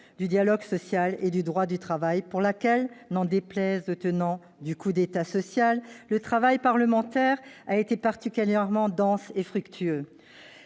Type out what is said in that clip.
du dialogue social et du droit du travail, pour laquelle, n'en déplaise aux tenants du coup d'État social, le travail parlementaire a été particulièrement dense et fructueux.